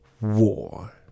war